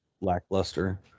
lackluster